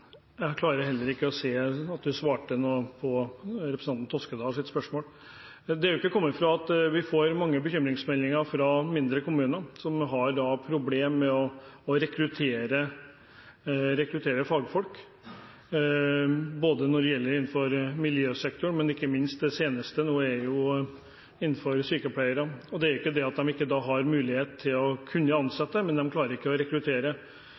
Jeg klarer heller ikke å se at representanten svarte på representanten Toskedals spørsmål. Det er ikke til å komme fra at vi får mange bekymringsmeldinger fra mindre kommuner som har problemer med å rekruttere fagfolk både innenfor miljøsektoren og – ikke minst – det seneste nå: blant sykepleiere. Det er ikke det at de ikke har mulighet til å ansette, men de klarer ikke å rekruttere.